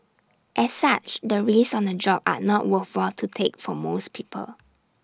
as such the risks on the job are not worthwhile to take for most people